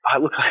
Look